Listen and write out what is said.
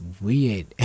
weird